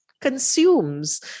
consumes